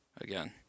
again